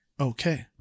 okay